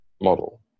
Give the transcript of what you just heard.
model